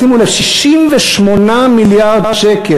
שימו לב: 68 מיליארד שקל.